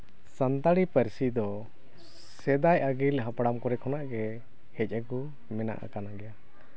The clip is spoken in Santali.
ᱥᱟᱱᱛᱟᱲᱤ ᱯᱟᱹᱨᱥᱤ ᱫᱚ ᱥᱮᱫᱟᱭ ᱟᱹᱜᱤᱞ ᱦᱟᱯᱲᱟᱢ ᱠᱚᱨᱮ ᱠᱷᱚᱱᱟᱜ ᱜᱮ ᱦᱮᱡ ᱟᱹᱜᱩ ᱢᱮᱱᱟᱜ ᱟᱠᱟᱫ ᱜᱮᱭᱟ